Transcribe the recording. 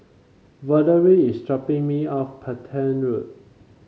Valerie is dropping me off Petain Road